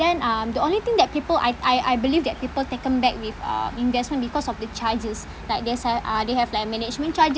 then um the only thing that people I I I believe that people taken back with uh investment because of the charges like there's a uh they have like management charges